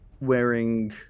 Wearing